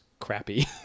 crappy